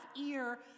ear